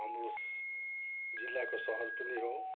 हाम्रो जिल्लाको सहर पनि हो